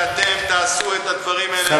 וכשאתם תעשו את הדברים האלה, שקט לא יהיה לכם.